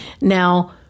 Now